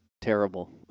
terrible